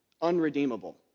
unredeemable